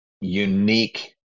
unique